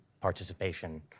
participation